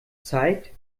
zeigt